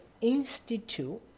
institute